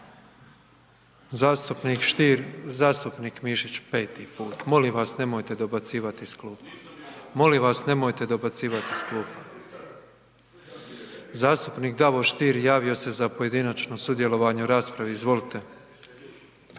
.../Upadica se ne čuje./... Molim vas nemojte dobacivati iz klupa. Zastupnik Davor Stier javio se za pojedinačno sudjelovanje u raspravi. Izvolite.